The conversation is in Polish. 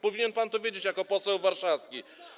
Powinien pan to wiedzieć jako poseł warszawski.